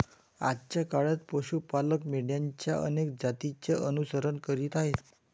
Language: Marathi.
आजच्या काळात पशु पालक मेंढरांच्या अनेक जातींचे अनुसरण करीत आहेत